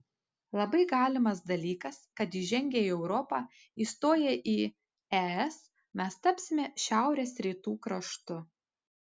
labai galimas dalykas kad įžengę į europą įstoję į es mes tapsime šiaurės rytų kraštu